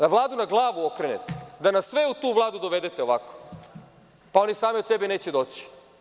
Da Vladu na glavu okrenete, da nas sve u tu Vladu dovedete ovako, pa oni sami od sebe neće doći.